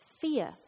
fear